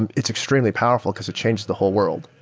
and it's extremely powerful because it changed the whole world.